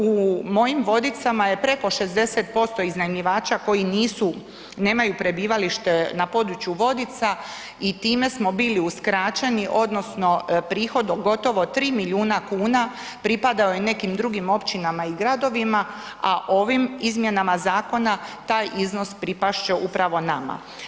U mojim Vodicama je preko 60% iznajmljivača koji nisu, nemaju prebivalište na području Vodica i time smo bili uskraćeni odnosno prihod od gotovo 3 milijuna kuna pripada je nekim drugim općinama i gradovima, a ovim izmjenama zakona taj iznos pripast će upravo nama.